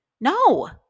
No